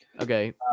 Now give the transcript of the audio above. okay